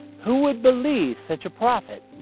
who would believe such a prophet?